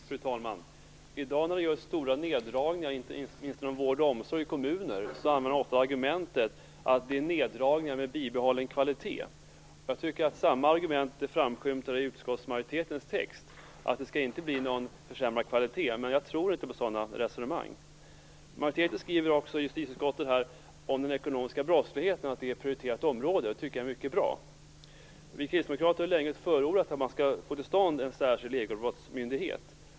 Fru talman! I dag, när det görs stora neddragningar inte minst inom vården och omsorgen i kommunerna, används ofta argumentet att det handlar om neddragningar med bibehållen kvalitet. Samma argument framskymtar i utskottsmajoritetens text - det skall inte bli försämrad kvalitet. Jag tror inte på sådana resonemang. Majoriteten i justitieutskottet säger i sin skrivning att den ekonomiska brottsligheten är ett prioriterat område. Det tycker jag är mycket bra. Vi kristdemokrater har länge förordat en särskild ekobrottsmyndighet.